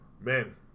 man